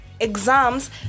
exams